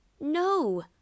No